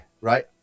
right